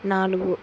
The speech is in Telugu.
నాలుగు